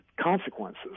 consequences